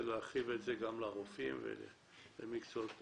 להרחיב את זה גם לרופאים ולמקצועות נוספים.